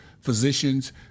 physicians